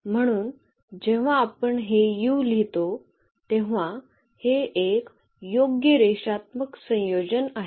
म्हणून जेव्हा आपण हे लिहितो तेव्हा हे एक योग्य रेषात्मक संयोजन आहे